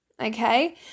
okay